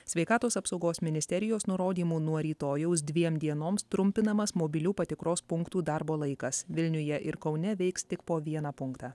sveikatos apsaugos ministerijos nurodymu nuo rytojaus dviem dienoms trumpinamas mobilių patikros punktų darbo laikas vilniuje ir kaune veiks tik po vieną punktą